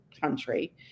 country